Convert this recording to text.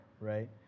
right